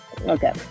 Okay